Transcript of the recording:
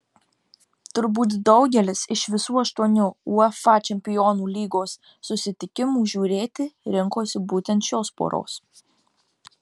turbūt daugelis iš visų aštuonių uefa čempionų lygos susitikimų žiūrėti rinkosi būtent šios poros